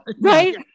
Right